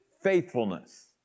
faithfulness